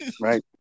right